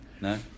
No